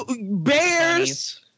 bears